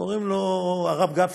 קוראים לו הרב גפני,